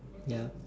yup